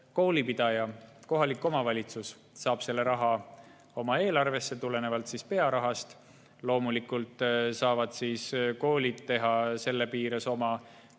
koolipidaja ehk kohalik omavalitsus saab selle raha oma eelarvesse tulenevalt pearaha [suurusest]. Loomulikult saavad koolid teha selle piires oma taotlusi.